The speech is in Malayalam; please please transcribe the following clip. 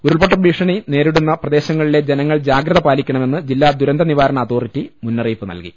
ഉരുൾ പൊട്ടൽ ഭീഷണി നേരിടുന്ന പ്രദേശങ്ങളിലെ ജനങ്ങൾ ജാഗ്രത പാലിക്കണമെന്ന് ജില്ലാ ദുരന്ത നിവാരണ അതോറിറ്റി മുന്നറിയിപ്പ് നൽകി